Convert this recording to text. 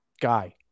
guy